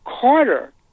Carter